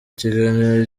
kiganiro